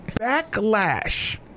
backlash